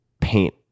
paint